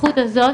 הזכות הזאת